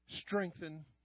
strengthen